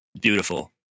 beautiful